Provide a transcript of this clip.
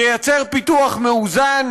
ייצור פיתוח מאוזן,